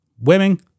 Women